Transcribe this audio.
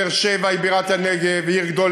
באר-שבע היא עיר גדולה,